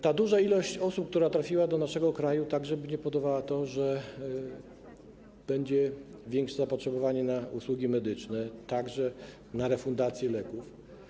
Ta duża ilość osób, które trafiły do naszego kraju, będzie powodowała to, że będzie większe zapotrzebowanie na usługi medyczne, także na refundację leków.